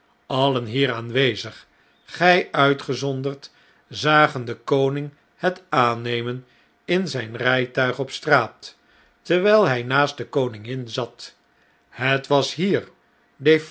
allen hier aanwezig gi uitgezonderd zagen den koning het aannenien in zjjn rijtuig op straat terwijl hij naast de koningin zat het was hier